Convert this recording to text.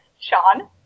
Sean